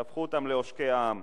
שהפכו אותם לעושקי העם.